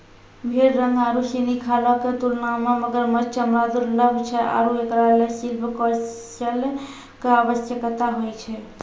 भेड़ रंग आरु सिनी खालो क तुलना म मगरमच्छ चमड़ा दुर्लभ छै आरु एकरा ल शिल्प कौशल कॅ आवश्यकता होय छै